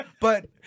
But-